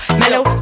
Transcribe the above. mellow